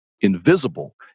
invisible